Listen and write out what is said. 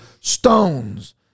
stones